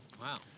Wow